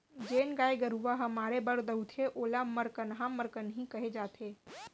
जेन गाय गरूवा ह मारे बर दउड़थे ओला मरकनहा मरकनही कहे जाथे